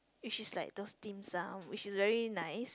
which is like those Dim Sum which is very nice